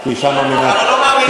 אף אחד לא מאמין.